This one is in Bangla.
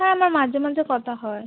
হ্যাঁ আমার মাঝে মাঝে কথা হয়